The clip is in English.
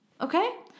Okay